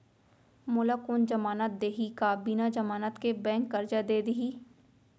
मोला कोन जमानत देहि का बिना जमानत के बैंक करजा दे दिही?